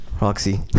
Roxy